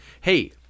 hey